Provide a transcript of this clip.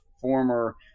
former